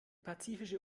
pazifische